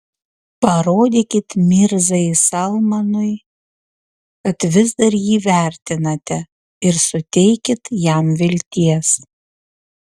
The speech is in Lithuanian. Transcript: parodykit mirzai salmanui kad vis dar jį vertinate ir suteikit jam vilties